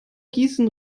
gießen